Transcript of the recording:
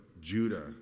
Judah